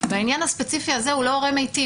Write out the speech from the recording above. ובעניין הספציפי הזה הוא לא הורה מיטיב,